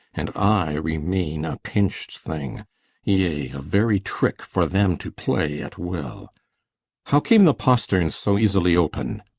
and i remain a pinch'd thing yea, a very trick for them to play at will how came the posterns so easily open?